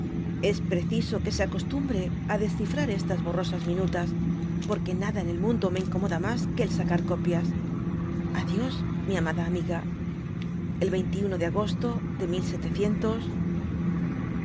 es preciso que se acostum bre á descifrar estas borrosas minutas por que nada en el mundo me incomoda mas que el sacar copias a dios mi amada amiga el de agosto de